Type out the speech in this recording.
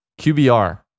QBR